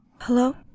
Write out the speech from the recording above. hello